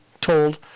told